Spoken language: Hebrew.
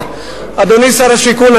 אדוני שר השיכון,